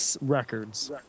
records